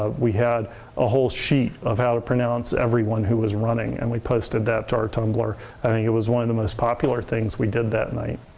ah we had a whole sheet of how to pronounce everyone who was running and we posted that to our tumblr and i mean it was one of the most popular things we did that night.